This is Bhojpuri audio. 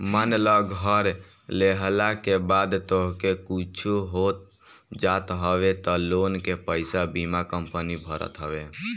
मान लअ घर लेहला के बाद तोहके कुछु हो जात हवे तअ लोन के पईसा बीमा कंपनी भरत हवे